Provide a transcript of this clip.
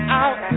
out